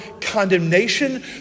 condemnation